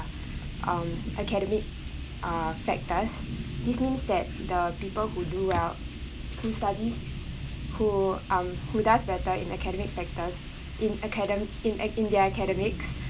um academic uh factors this means that the people who do well who studies who um who does better in academic factors in academi~ in th~ in their academics